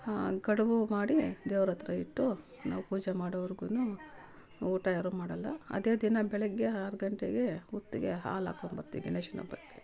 ಹಾಂ ಕಡುಬು ಮಾಡಿ ದೇವ್ರಹತ್ರ ಇಟ್ಟು ನಾವು ಪೂಜೆ ಮಾಡೋವರ್ಗು ಊಟ ಯಾರು ಮಾಡಲ್ಲ ಅದೇ ದಿನ ಬೆಳಗ್ಗೆ ಆರು ಗಂಟೆಗೇ ಹುತ್ತಗೆ ಹಾಲು ಹಾಕೊಂಡ್ ಬರ್ತಿವಿ ಗಣೇಶ್ನ್ ಹಬ್ಬಕ್ಕೆ